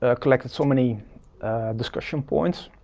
ah collected so many discussion points,